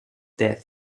death